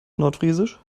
nordfriesisch